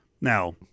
Now